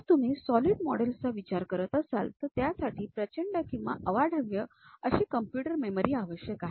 जर तुम्ही solid models चा विचार करत असाल तर त्यासाठी प्रचंड किंवा अवाढव्य अशी कॉम्प्युटर मेमरी आवश्यक आहे